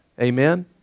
Amen